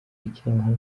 icyaha